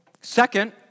Second